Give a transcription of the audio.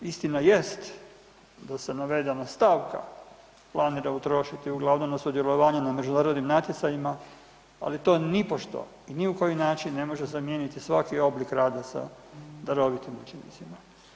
Istina jest da se navedena stavka planira utrošiti uglavnom na sudjelovanje na međunarodnim natjecanjima, ali to nipošto, ni u koji način ne može zamijeniti svaki oblik rada sa darovitim učenicima.